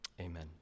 Amen